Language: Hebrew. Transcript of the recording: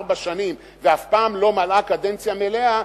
ארבע שנים ואף פעם לא מלאה קדנציה מלאה,